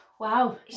Wow